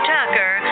Tucker